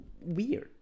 weird